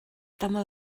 dyma